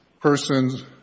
person's